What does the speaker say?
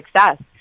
success